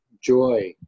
joy